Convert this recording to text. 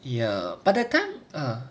ya but that time ah